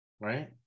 right